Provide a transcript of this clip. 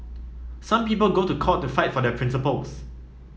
some people go to court to fight for their principles